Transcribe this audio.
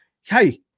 Hey